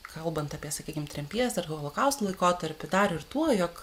kalbant apie sakykim tremties ar holokausto laikotarpį dar ir tuo jog